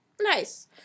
nice